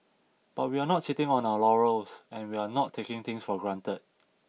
but we're not sitting on our laurels and we're not taking things for granted